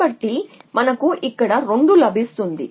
కాబట్టి మనకు ఇక్కడ 2 లభిస్తుంది